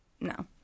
No